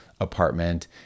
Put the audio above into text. apartment